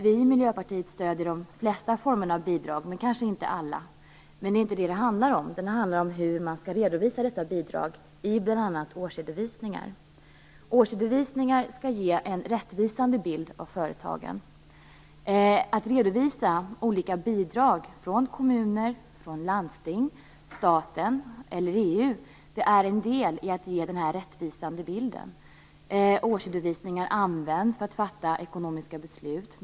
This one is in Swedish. Vi i Miljöpartiet stöder de flesta, men kanske inte alla, former av bidrag. Men det handlar inte om det. Det handlar om hur man skall redovisa dessa bidrag i bl.a. årsredovisningar. Årsredovisningar skall ge en rättvisande bild av företagen. Att redovisa olika bidrag från kommuner, från landsting, från staten eller från EU är en del i att ge en rättvisande bild. Årsredovisningar används för att fatta ekonomiska beslut.